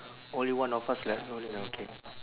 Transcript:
only one of us like holding ah okay